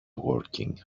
working